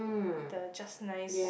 the just nice